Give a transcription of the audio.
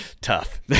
tough